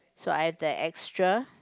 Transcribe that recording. so I have the extra